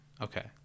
Okay